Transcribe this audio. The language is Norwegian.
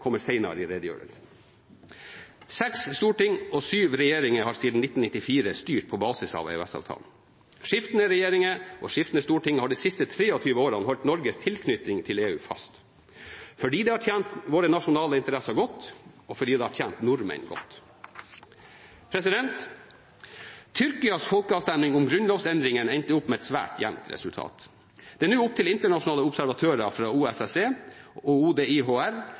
kommer senere i redegjørelsen. Seks storting og syv regjeringer har siden 1994 styrt på basis av EØS-avtalen. Skiftende regjeringer og skiftende storting har de siste 23 årene holdt Norges tilknytning til EU fast, fordi det har tjent våre nasjonale interesser godt, og fordi det har tjent nordmenn godt. Tyrkias folkeavstemning om grunnlovsendringene endte opp med et svært jevnt resultat. Det er nå opp til internasjonale observatører fra OSSE/ODIHR og